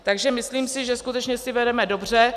Takže myslím si, že skutečně si vedeme dobře.